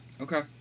Okay